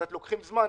לוקחים קצת זמן.